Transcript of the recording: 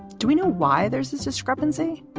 do we know why there's this discrepancy?